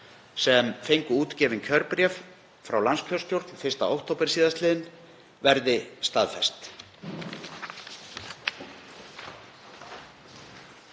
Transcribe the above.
sem fengu útgefin kjörbréf frá landskjörstjórn 1. október síðastliðinn verði staðfest.